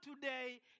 today